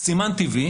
סימנתי וי,